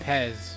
Pez